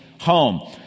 home